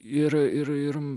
ir ir